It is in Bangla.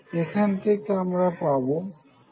এখান থেকে আমরা পাবো ABD